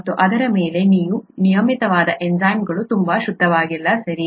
ಮತ್ತು ಅದರ ಮೇಲೆ ನೀವು ನಿಯಮಿತವಾದ ಎನ್ಝೈಮ್ಗಳು ತುಂಬಾ ಶುದ್ಧವಾಗಿಲ್ಲ ಸರಿ